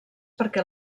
perquè